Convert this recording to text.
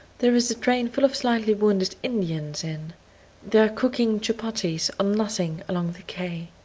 there is a train full of slightly wounded indians in they are cooking chupatties on nothing along the quay.